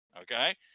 Okay